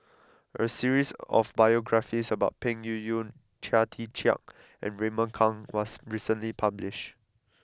a series of biographies about Peng Yuyun Chia Tee Chiak and Raymond Kang was recently published